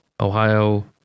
Ohio